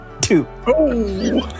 Two